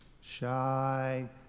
shy